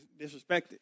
Disrespected